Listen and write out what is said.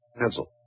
pencil